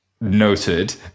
Noted